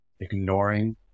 ignoring